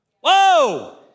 Whoa